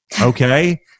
Okay